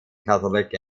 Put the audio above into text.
catholic